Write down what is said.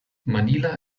manila